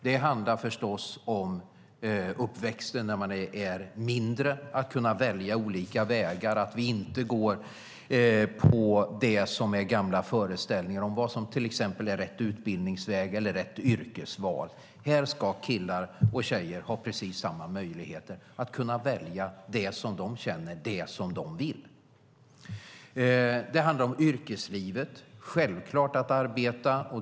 Det handlar förstås under uppväxten när man är mindre om att kunna välja olika vägar, att inte gå på gamla föreställningar om vad som till exempel är rätt utbildningsväg eller rätt yrkesval. Här ska killar och tjejer ha precis samma möjligheter att välja det som de känner för och som de vill. Det handlar om yrkeslivet, självklart.